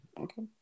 Okay